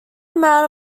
amount